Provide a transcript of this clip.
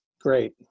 great